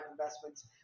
investments